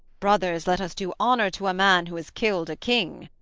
brothers, let us do honour to a man who has killed a king.